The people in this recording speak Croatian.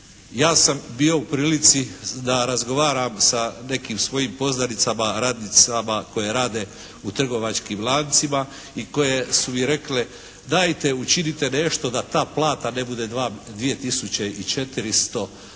Ja sam bio u prilici da razgovaram sa nekim svojim poznanicama radnicama koje rade u trgovačkim lancima i koje su mi rekle: Dajte učinite nešto da ta plata ne bude 2400, a